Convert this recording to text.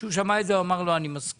כשהוא שמע את זה הוא אמר: אני מסכים,